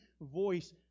voice